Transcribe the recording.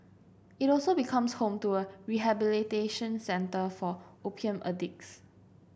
it also becomes home to a rehabilitation centre for opium addicts